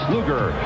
Luger